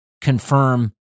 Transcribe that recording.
confirm